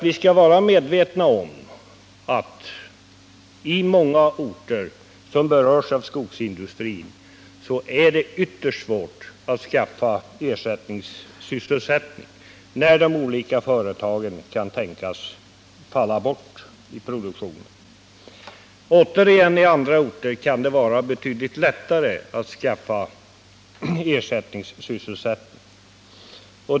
Vi skall var medvetna om att i många orter som berörs av skogsindustrin är det ytterst svårt att skaffa ersättningssysselsättning när olika företag kan tänkas falla bort ur produktionen, medan det återigen i andra orter kan vara betydligt lättare.